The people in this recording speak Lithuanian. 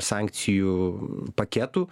sankcijų paketų